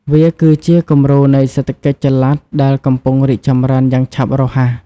វាគឺជាគំរូនៃសេដ្ឋកិច្ចចល័តដែលកំពុងរីកចម្រើនយ៉ាងឆាប់រហ័ស។